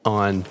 on